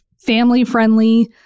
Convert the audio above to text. family-friendly